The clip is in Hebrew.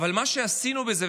אבל מה שעשינו בזה,